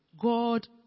God